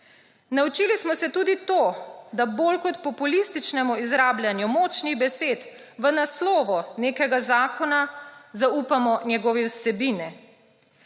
Naučili smo se tudi tega, da bolj kot populističnemu izrabljanju močnih besed v naslovu nekega zakona zaupamo njegovi vsebini.